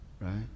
right